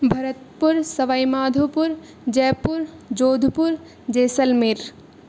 Bharatpur Sawai Madhopur Jaipur Jodhpur Jaisalmer